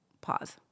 pause